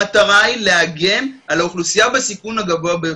המטרה היא להגן על האוכלוסייה בסיכון הגבוה ביותר.